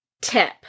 tip